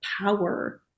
power